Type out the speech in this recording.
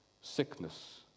sickness